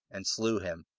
and slew him.